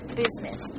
business